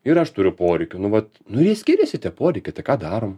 ir aš turiu poreikių nu vat nu jie skiriasi tie poreikiai tai ką darom